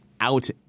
out